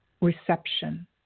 reception